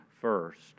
first